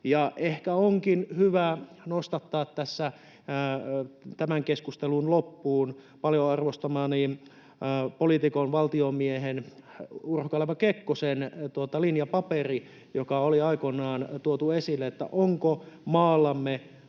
ehkä onkin hyvä nostattaa tässä tämän keskustelun loppuun paljon arvostamani poliitikon ja valtiomiehen Urho Kaleva Kekkosen linjapaperi, joka oli aikoinaan tuotu esille, että onko maallamme